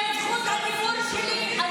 זו זכות הדיבור שלי.